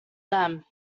them